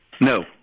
no